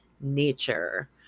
nature